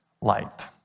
light